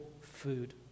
food